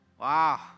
Wow